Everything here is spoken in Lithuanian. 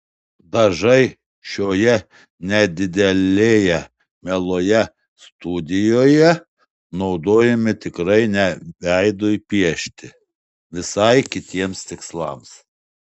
dažai šioje nedidelėje mieloje studijoje naudojami tikrai ne veidui piešti visai kitiems tikslams